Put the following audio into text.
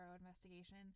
investigation